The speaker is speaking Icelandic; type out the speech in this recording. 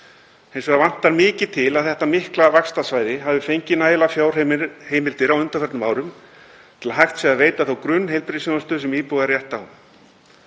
Hins vegar vantar mikið til að þetta mikla vaxtarsvæði hafi fengið nægilegar fjárheimildir á undanförnum árum til að hægt sé að veita þá grunnheilbrigðisþjónustu sem íbúar eiga rétt á.